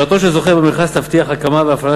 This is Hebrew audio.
בחירתו של זוכה במכרז תבטיח הקמה והפעלה